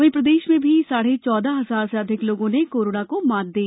वहीं प्रदेश में भी साढ़े चौदह हजार से अधिक लोगों ने कोरोना को मात दी